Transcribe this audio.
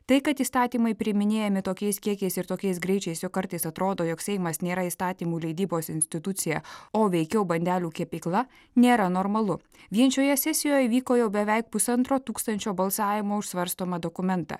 tai kad įstatymai priiminėjami tokiais kiekiais ir tokiais greičiais jog kartais atrodo jog seimas nėra įstatymų leidybos institucija o veikiau bandelių kepykla nėra normalu vien šioje sesijoje vyko jau beveik pusantro tūkstančio balsavimo už svarstomą dokumentą